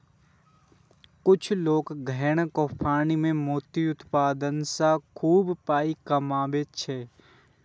किछु लोक पैघ पोखरि मे मोती उत्पादन सं खूब पाइ कमबै छै